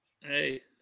Hey